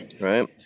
Right